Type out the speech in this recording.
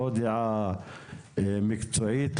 לא דעה מקצועית,